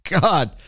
God